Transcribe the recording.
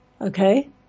Okay